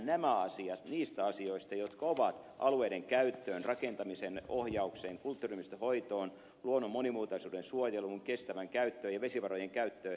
nämä asiat eriytetään niistä asioista jotka liittyvät alueiden käyttöön rakentamisen ohjaukseen kulttuuriympäristön hoitoon luonnon monimuotoisuuden suojeluun kestävään käyttöön ja vesivarojen käyttöön